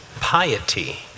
piety